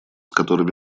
которыми